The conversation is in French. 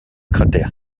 cratère